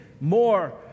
more